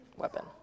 Weapon